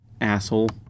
Asshole